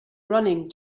running